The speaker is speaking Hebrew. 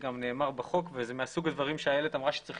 גם נאמר בחוק וזה מסוג הדברים שאיילת אמרה שצריך